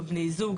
בני הזוג,